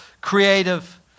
creative